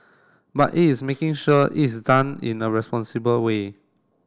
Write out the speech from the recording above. but it's making sure it's done in a responsible way